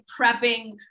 prepping